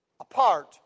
apart